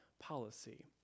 policy